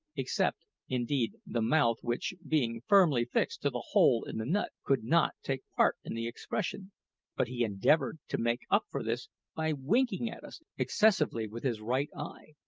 except, indeed, the mouth, which, being firmly fixed to the hole in the nut, could not take part in the expression but he endeavoured to make up for this by winking at us excessively with his right eye.